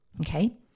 Okay